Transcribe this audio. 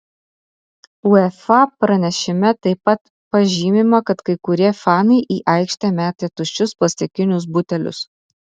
uefa pranešime taip pat pažymima kad kai kurie fanai į aikštę metė tuščius plastikinius butelius